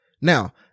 Now